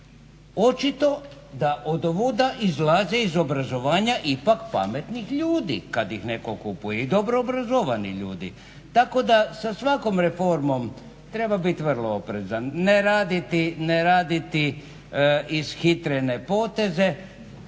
Očito da od ovuda izlazi, iz obrazovanja ipak pametnih ljudi kad ih neko kupuju, i dobro obrazovani ljudi. Tako da sa svakom reformom treba biti vrlo oprezna, ne raditi ishitrene poteze.